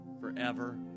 forever